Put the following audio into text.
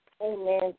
Amen